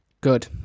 Good